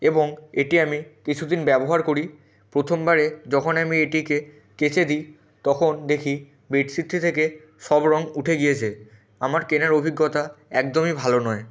এবং এটি আমি কিছুদিন ব্যবহার করি প্রথমবারে যখন আমি এটিকে কেচে দিই তখন দেখি বেডশিটটি থেকে সব রং উঠে গিয়েছে আমার কেনার অভিজ্ঞতা একদমই ভালো নয়